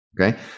Okay